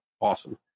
Awesome